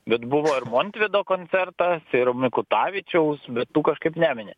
bet buvo ir montvydo koncertas ir mikutavičiaus bet tų kažkaip nemini